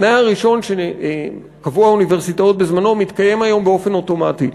התנאי הראשון שקבעו האוניברסיטאות בזמנו מתקיים היום באופן אוטומטי: